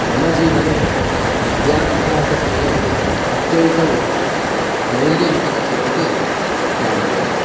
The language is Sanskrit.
मम जीवने विद्याभ्यास समयं अत्यन्तं मौल्ययुतम् इति जानामि